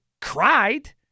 cried